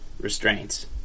restraints